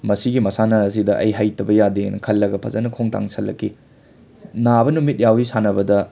ꯃꯁꯤꯒꯤ ꯃꯁꯥꯟꯅꯖꯤꯗ ꯑꯩ ꯍꯩꯇꯕ ꯌꯥꯗꯦꯅ ꯈꯜꯂꯒ ꯐꯖꯅ ꯈꯣꯡ ꯊꯥꯡꯖꯜꯂꯛꯈꯤ ꯅꯥꯕ ꯅꯨꯃꯤꯠ ꯌꯥꯎꯏ ꯁꯥꯟꯅꯕꯗ